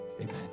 amen